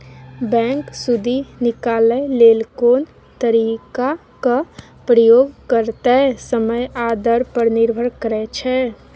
bank सुदि निकालय लेल कोन तरीकाक प्रयोग करतै समय आ दर पर निर्भर करै छै